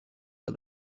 but